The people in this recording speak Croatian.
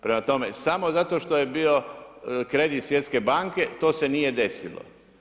Prema tome, samo zato što je bio kredit Svjetske banke, to se nije desilo.